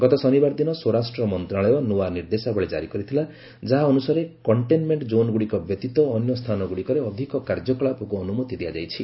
ଗତ ଶନିବାର ଦିନ ସ୍ୱରାଷ୍ଟ୍ର ମନ୍ତ୍ରଣାଳୟ ନୂଆ ନିର୍ଦ୍ଦେଶାବଳୀ କାରି କରିଥିଲା ଯାହା ଅନୁସାରେ କଣ୍ଟେନମେଣ୍ଟ କୋନ୍ଗୁଡ଼ିକ ବ୍ୟତୀତ ଅନ୍ୟ ସ୍ଥାନ ଗୁଡ଼ିକରେ ଅଧିକ କାର୍ଯ୍ୟକଳାପକୁ ଅନୁମତି ଦିଆଯାଇଛି